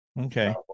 okay